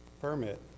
permit